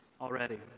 already